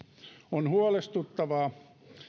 on huolestuttavaa